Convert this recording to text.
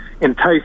entice